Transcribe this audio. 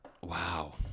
Wow